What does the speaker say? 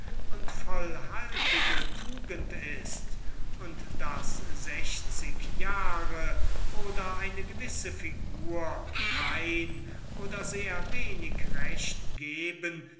und vollhaltige tugend ist und daß sechszig jahre oder eine figur die einen satyren entwaffnen könnte kein oder sehr wenig recht geben